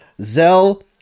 Zell